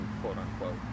quote-unquote